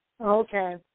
okay